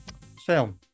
film